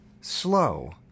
Slow